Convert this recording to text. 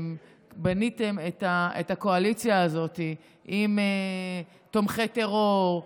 בניתם את הקואליציה הזאת עם תומכי טרור,